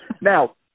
Now